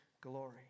glory